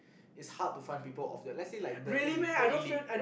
it's hard to find people of the let's say like the el~ the elite